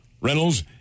Reynolds